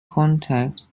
contact